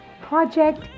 Project